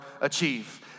achieve